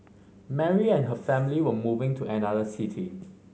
Mary and her family were moving to another city